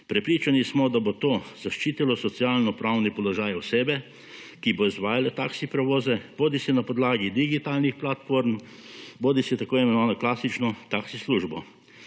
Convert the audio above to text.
Prepričani smo, da bo to zaščitilo socialno-pravni položaj osebe, ki bo izvajala taksi prevoze bodisi na podlagi digitalnih platform, bodisi tako imenovano klasično taksi službo.